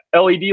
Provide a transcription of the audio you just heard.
led